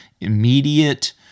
immediate